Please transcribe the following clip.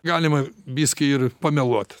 galima biskį ir pameluot